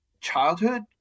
childhood